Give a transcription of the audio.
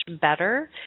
better